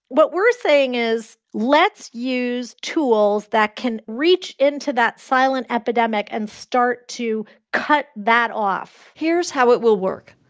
what we're saying is let's use tools that can reach into that silent epidemic and start to cut that off here's how it will work.